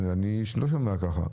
אני לא שומע ככה.